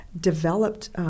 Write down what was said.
developed